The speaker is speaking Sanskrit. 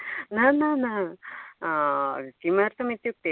न न न किमर्थम् इत्युक्ते